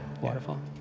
Waterfall